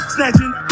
Snatching